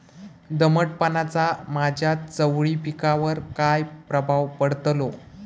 दमटपणाचा माझ्या चवळी पिकावर काय प्रभाव पडतलो?